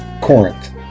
Corinth